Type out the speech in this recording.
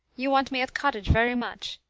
you want me at cottage very much.